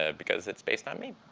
ah because it's based on me.